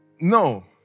No